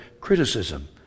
criticism